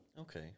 Okay